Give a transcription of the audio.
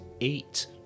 Eight